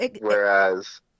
whereas